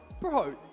Bro